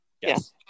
Yes